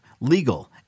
legal